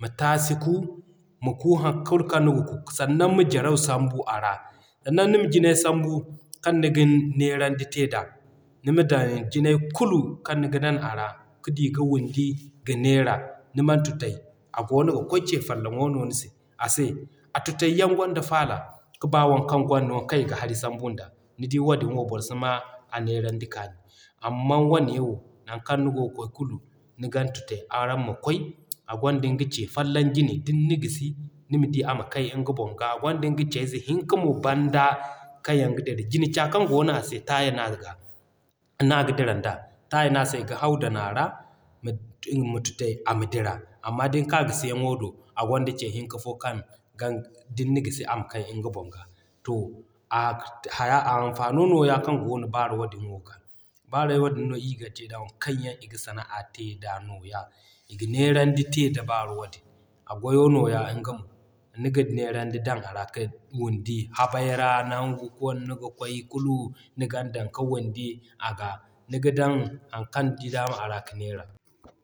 ma taasi ku ma ku hay kulu kaŋ niga ku. Sannan ma jaraw sambu a ra ni ma jinay sambu kan ni gin neerandi te da, nima dan jinay kulu kaŋ niga dan a ra ka d'i ka windi ga neera, ni man tutay a goono ga kwaay Ce folloŋo no ni se. A tutay yaŋ gonda faala ka b'a waŋ kaŋ nan kaŋ i ga hari sambu nda. Nidi wadin wo boro si ma a neerandi kaani. Amman wane wo naŋ kaŋ nigo kwaay kulu, nigan tutay araŋ ma kwaay a gonda nga Ce folloŋ jine, din na gisi, nima di ama kay nga boŋ ga. A gonda nga Cey ze hinka mo banda kaŋ yaŋ ga dira. Jine C'a kaŋ goono a se, taaya no a ga no aga dira nda taaya no a se, i ga haw dan a ra, ma tutay ama dira. Amma din ka gosiyaŋo do, a gonda Ce hinka fo kaŋ gaŋ din na gisi ama kay nga boŋ ga. To a anfano nooya kaŋ goono Baaro wadin wo ga. Baaro wadin no ii ga te da waŋ kaŋ yaŋ i ga sana'a te da nooya. I ga neerandi te da Baaro wadin, a goyo nooya nga mo, niga neerandi dan a ra ka windi habay ra nan kulu kaŋ ni ga kwaay kulu ni gan dan ka windi a ga. Niga dan haŋ kaŋ nidi dama a ra ka neera